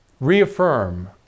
reaffirm